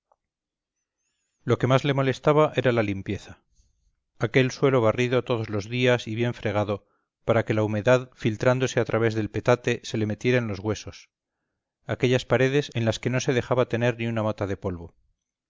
lo que más le molestaba era la limpieza aquel suelo barrido todos los días y bien fregado para que la humedad filtrándose a través del petate se le metiera en los huesos aquellas paredes en las que no se dejaba tener ni una mota de polvo